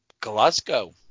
Glasgow